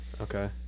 Okay